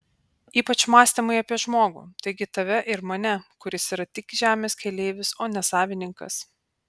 ypač mąstymai apie žmogų taigi tave ir mane kuris yra tik žemės keleivis o ne savininkas